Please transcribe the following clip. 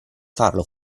farlo